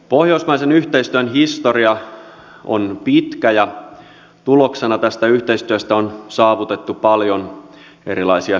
pohjoismaisen yhteistyön historia on pitkä ja tuloksena tästä yhteistyöstä on saavutettu paljon erilaisia hyötyjä